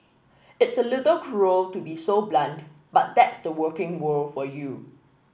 it's a little cruel to be so blunt but that's the working world for you